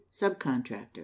Subcontractor